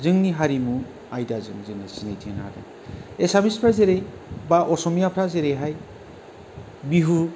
जोंनि हारिमु आयदाजों जोङो सिनायथि होनो हादों एसामिसफ्रा जेरै बा असमियाफ्रा जेरैहाय बिहु